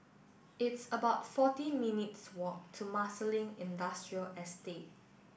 it's about forty minutes' walk to Marsiling Industrial Estate